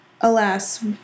Alas